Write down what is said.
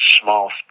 small